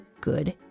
good